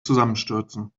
zusammenstürzen